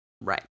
Right